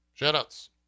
Shoutouts